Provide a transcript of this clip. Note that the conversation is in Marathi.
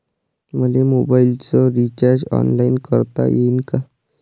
मले मोबाईलच रिचार्ज ऑनलाईन करता येईन का?